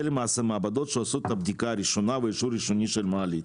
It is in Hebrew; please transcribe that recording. זה למעשה מעבדות שעושות את הבדיקה הראשונה והאישור הראשוני של המעלית,